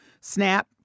SNAP